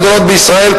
והחברות הגדולות בישראל,